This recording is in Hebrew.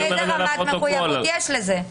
אבל איזו רמת מחויבות יש לזה?